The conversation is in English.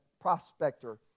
prospector